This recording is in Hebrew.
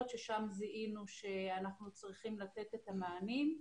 ששם זיהינו שאנחנו צריכים לתת את המענים.